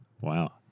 Wow